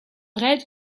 raid